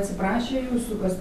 atsiprašė jūsų kas